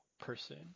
Person